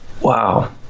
Wow